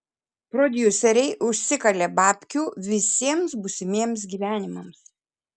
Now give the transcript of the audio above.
prodiuseriai užsikalė babkių visiems būsimiems gyvenimams